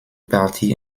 partie